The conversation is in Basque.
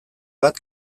bat